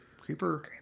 creeper